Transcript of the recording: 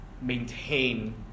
maintain